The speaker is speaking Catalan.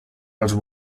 els